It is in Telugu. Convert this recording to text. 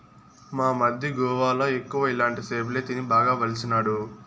మా మరిది గోవాల ఎక్కువ ఇలాంటి సేపలే తిని బాగా బలిసినాడు